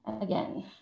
again